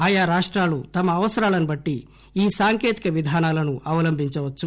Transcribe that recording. ఆయా రాష్టాలు తమ అవసరాలను బట్టి ఈ సాంకేతిక విధానాలను అవలంభించవచ్చు